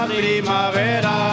primavera